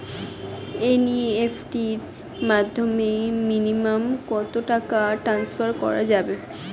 NEFT এর মাধ্যমে minimum কত টাকা টান্সফার করা যাবে?